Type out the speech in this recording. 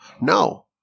No